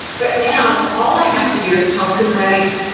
but now, all i have to do is tell kubernetes,